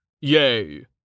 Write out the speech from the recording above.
Yay